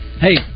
Hey